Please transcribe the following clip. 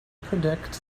predicts